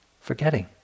forgetting